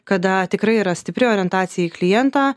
kada tikrai yra stipri orientacija į klientą